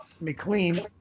McLean